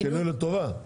שינוי לטובה.